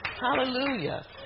Hallelujah